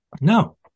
No